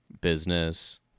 business